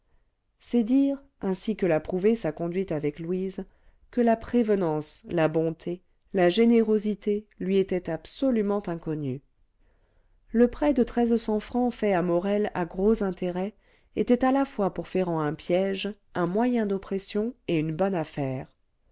c'est dire ainsi que l'a prouvé sa conduite avec louise que la prévenance la bonté la générosité lui étaient absolument inconnues le prêt de treize cents francs fait à morel à gros intérêts était à la fois pour ferrand un piège un moyen d'oppression et une bonne affaire